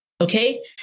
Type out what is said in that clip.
Okay